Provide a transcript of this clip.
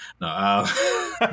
No